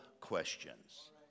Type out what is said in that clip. questions